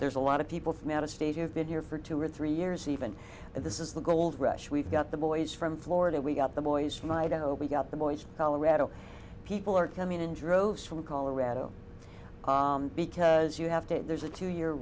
there's a lot of people from out of state who have been here for two or three years even and this is the gold rush we've got the boys from florida we got the boys from idaho we got the boys of colorado people are coming in droves from colorado because you have to there's a two year